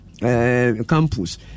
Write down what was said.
Campus